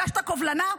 הגשת קובלנה,